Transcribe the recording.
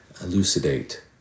elucidate